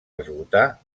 esgotar